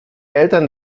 eltern